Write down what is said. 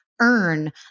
earn